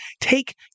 take